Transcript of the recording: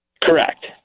Correct